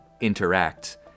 interact